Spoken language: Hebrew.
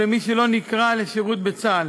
או למי שלא נקרא לשירות בצה״ל.